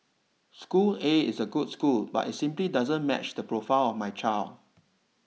school A is a good school but it simply doesn't match the profile of my child